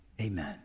Amen